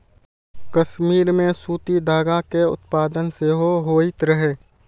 कश्मीर मे सूती धागा के उत्पादन सेहो होइत रहै